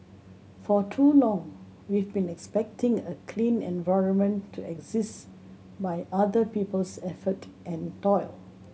for too long we've been expecting a clean environment to exist by other people's effort and toil